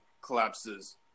collapses